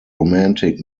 romantic